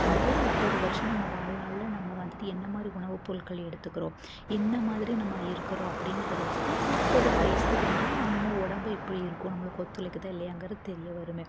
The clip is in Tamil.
முதல் முப்பது வருஷம் நம்ம வாழ்நாள்ல நம்ம வந்துட்டு என்னமாதிரி உணவுப்பொருட்கள் எடுத்துக்கிறோம் என்ன மாதிரி நம்ம இருக்கிறோம் அப்படிங்கறதை வச்சு தான் முப்பது வயசுக்கு மேலே நம்ம உடம்பு எப்படி இருக்கும் நம்மளுக்கு ஒத்துழைக்குதா இல்லையாங்கிறது தெரிய வருமே